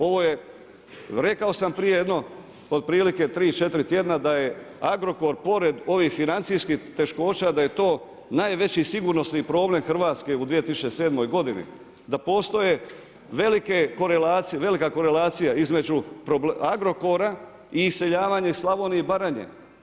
Ovo je, rekao sam prije jedno otprilike tri, četiri tjedna da je Agrokor pored ovih financijskih teškoća da je to najveći sigurnosni problem Hrvatske u 2007. godini, da postoje velike korelacije, velika korelacija između Agrokora i iseljavanje iz Slavonije i Baranje.